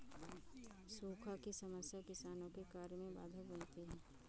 सूखा की समस्या किसानों के कार्य में बाधक बनती है